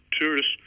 tourists